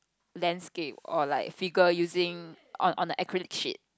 landscape or like figure using on on the acrylic sheet